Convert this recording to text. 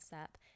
up